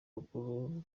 rukuru